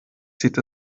zieht